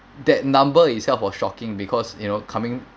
that number itself was shocking because you know coming